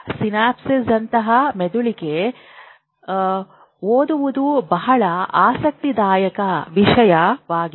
ಸಿನಾಪ್ಸ್ನಿಂದ ಮೆದುಳಿಗೆ ಟಿ ಓದುವುದು ಬಹಳ ಆಸಕ್ತಿದಾಯಕ ವಿಷಯವಾಗಿದೆ